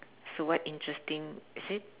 so what interesting is it